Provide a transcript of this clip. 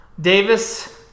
Davis